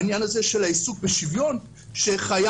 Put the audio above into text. העניין נהזה של העיסוק בשוויון שחייב